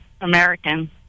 American